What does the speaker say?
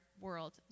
world